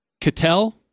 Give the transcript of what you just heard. Cattell